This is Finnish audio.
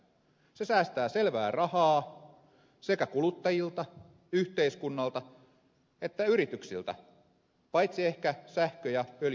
se säästää selvää rahaa sekä kuluttajilta yhteiskunnalta että yrityksiltä paitsi ehkä sähkö ja öljy yhtiöiltä